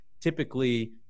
typically